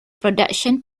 production